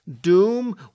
Doom